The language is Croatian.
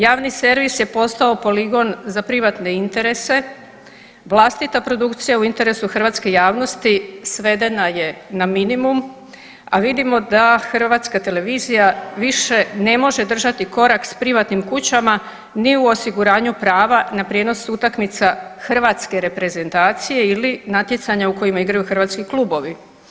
Javni servis je postao poligon za privatne interese, vlastita produkcija u interesu hrvatske javnosti svedena je na minimum, a vidimo da Hrvatska televizija više ne može držati korak s privatnim kućama ni u osiguranju prava na prijenos utakmica hrvatske reprezentacije ili natjecanja u kojima igraju hrvatski klubovi.